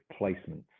placements